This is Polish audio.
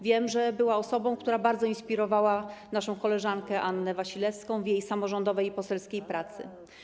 Wiem, że była osobą, która bardzo inspirowała naszą koleżankę Annę Wasilewską w jej samorządowej i poselskiej pracy.